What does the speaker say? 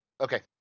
Okay